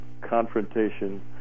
confrontation